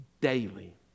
daily